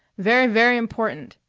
very, very important.